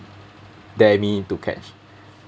dare me to catch